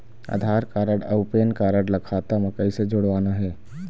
आधार card अऊ PAN card ला खाता म कइसे जोड़वाना हे?